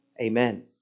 Amen